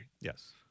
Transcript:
Yes